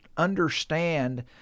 Understand